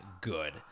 good